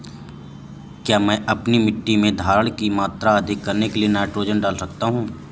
क्या मैं अपनी मिट्टी में धारण की मात्रा अधिक करने के लिए नाइट्रोजन डाल सकता हूँ?